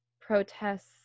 protests